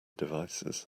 devices